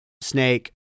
snake